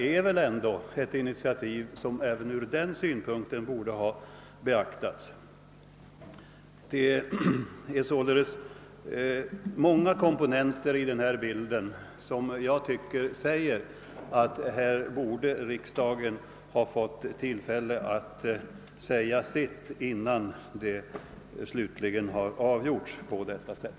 Initiativet borde väl ha beaktats även ur den synpunkten. Det är således, tycker jag, många komponenter i denna bild som visar att riksdagen borde ha fått tillfälle att säga sitt ord innan ärendet slutligen avgjordes på detta sätt.